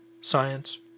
science